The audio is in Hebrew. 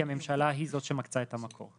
כי הממשלה היא זאת שמקצה את המקור,